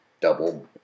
double